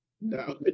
No